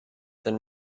then